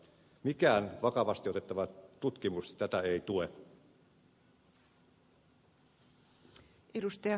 mikään vakavasti otettava tutkimus tätä ei tue